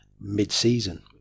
mid-season